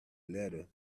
letter